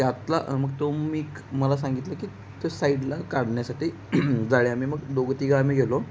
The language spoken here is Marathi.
त्यातला मग तो मी मला सांगितलं की त्या साईडला काढण्यासाठी जाळी आम्ही मग दोघं तिघं आम्ही गेलो